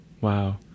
wow